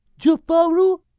Jafaru